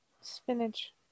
Spinach